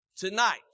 Tonight